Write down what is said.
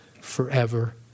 forever